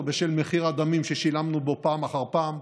בשל מחיר הדמים ששילמנו בו פעם אחר פעם,